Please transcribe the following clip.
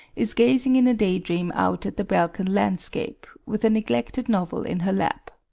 is gazing in a daydream out at the balkan landscape, with a neglected novel in her lap.